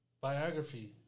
Biography